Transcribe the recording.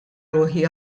ruħi